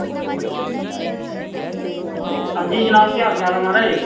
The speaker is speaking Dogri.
आं जी जनाब केह् हाल चाल ऐ म्हाराज